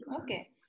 Okay